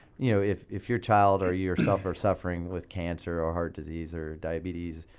you know if if your child or yourself, are suffering with cancer or heart disease, or diabetes,